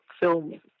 film